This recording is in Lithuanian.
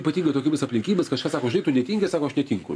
ypatingai tokiomis aplinkybėmis kažkas sako žinai tu netinki sako aš netinku